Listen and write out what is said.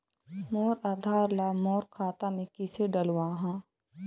मोर आधार ला मोर खाता मे किसे डलवाहा?